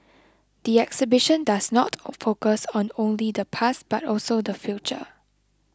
the exhibition does not or focus on only the past but also the future